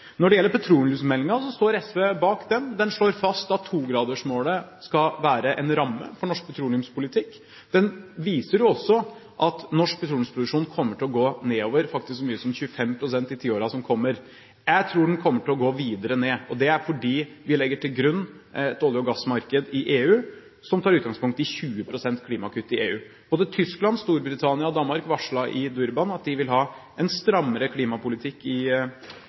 Når det gjelder petroleumsmeldingen, står SV bak den. Den slår fast at togradersmålet skal være en ramme for norsk petroleumspolitikk. Den viser jo også at norsk petroleumsproduksjon kommer til å gå nedover, faktisk så mye som 25 pst., i tiårene som kommer. Jeg tror den kommer til å gå videre ned. Det er fordi vi legger til grunn et olje- og gassmarked i EU som tar utgangspunkt i 20 pst. klimagasskutt i EU. Både Tyskland, Storbritannia og Danmark varslet i Durban at de vil ha en strammere klimapolitikk i